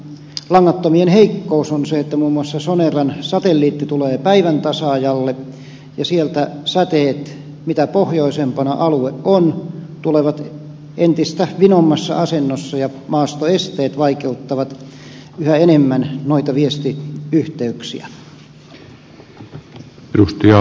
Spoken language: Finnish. langattomien heikkous on se että muun muassa soneran satelliitti tulee päiväntasaajalle ja sieltä säteet mitä pohjoisempana alue on tulevat entistä vinommassa asemassa ja maastoesteet vaikeuttavat yhä enemmän noita viestiyhteyksiä